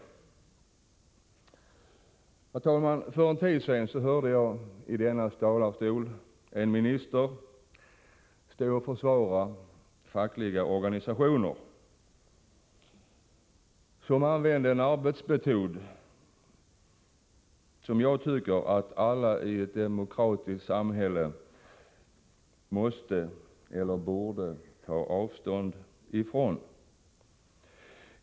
Herr talman! För en tid sedan hörde jag en minister från denna talarstol försvara fackliga organisationer som använde en arbetsmetod som jag tycker att alla i ett demokratiskt samhälle borde ta avstånd ifrån.